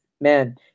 man